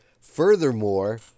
furthermore